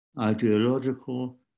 ideological